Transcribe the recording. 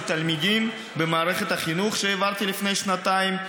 תלמידים במערכת החינוך שהעברתי לפני שנתיים,